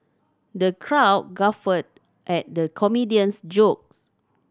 the crowd guffawed at the comedian's jokes